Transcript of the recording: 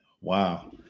wow